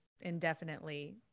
indefinitely